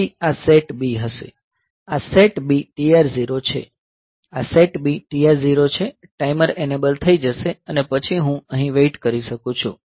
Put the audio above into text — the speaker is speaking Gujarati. પછી આ SETB હશે આ SETB TR0 છે આ SETB TR0 છે ટાઈમર એનેબલ થઈ જશે અને પછી હું અહીં વેઇટ કરી શકું છું